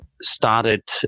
started